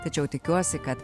tačiau tikiuosi kad